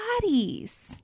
bodies